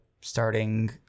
starting